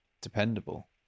dependable